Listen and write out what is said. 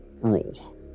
rule